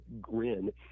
grin